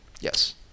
yes